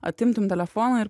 atimtum telefoną ir